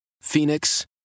Phoenix